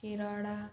Shiroda